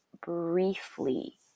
briefly